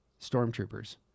stormtroopers